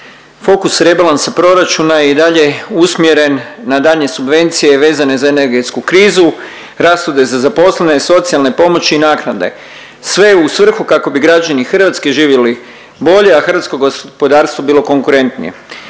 fokus rebalansa proračuna je i dalje usmjeren na danje subvencije vezane za energetsku krizu, rashode za zaposlene, socijalne pomoći i naknade sve u svrhu kako bi građani Hrvatske živjeli bolje, a hrvatsko gospodarstvo bilo konkurentnije.